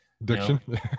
Addiction